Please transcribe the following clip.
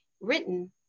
written